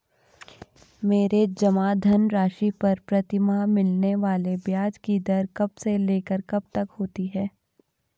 मेरे जमा धन राशि पर प्रतिमाह मिलने वाले ब्याज की दर कब से लेकर कब तक होती है?